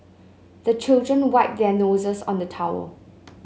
the children wipe their noses on the towel